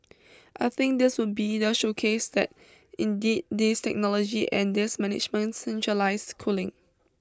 I think this would be the showcase that indeed this technology and this management centralised cooling